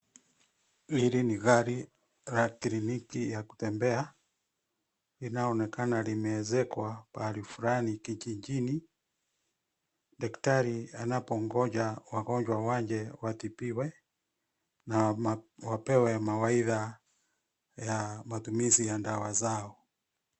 Hili ni gari la kliniki ya kutembea linaloonekana limeezekwa mahali fulani kijijini, daktari anapongoja wagonjwa waje watibiwe na wapewe mawaidha ya matumizi ya dawa zao.